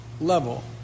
level